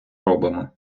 робимо